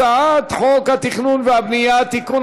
הצעת חוק התכנון והבנייה (תיקון,